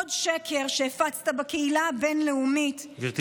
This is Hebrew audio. עוד שקר שהפצת בקהילה הבין-לאומית, גברתי, לסיום.